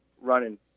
running